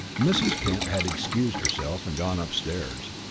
mrs. kent had excused herself and gone upstairs.